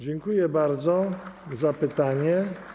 Dziękuję bardzo za pytanie.